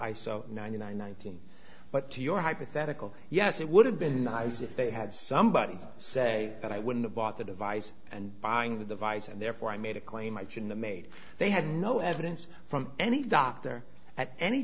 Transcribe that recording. so ninety nine nineteen but to your hypothetical yes it would have been nice if they had somebody say that i wouldn't have bought the device and buying the device and therefore i made a claim much in the made they had no evidence from any doctor at any